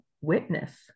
witness